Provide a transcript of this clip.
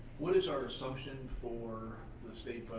what is our assumption for the